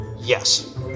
Yes